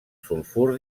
sulfur